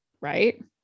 Right